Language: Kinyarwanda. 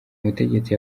mutegetsi